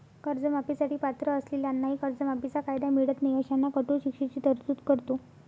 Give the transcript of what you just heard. कर्जमाफी साठी पात्र असलेल्यांनाही कर्जमाफीचा कायदा मिळत नाही अशांना कठोर शिक्षेची तरतूद करतो